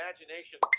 imagination